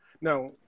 Now